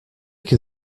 can